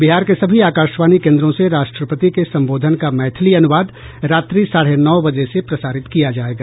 बिहार के सभी आकाशवाणी केन्द्रों से राष्ट्रपति के संबोधन का मैथिली अनुवाद रात्रि साढ़े नौ बजे से प्रसारित किया जायेगा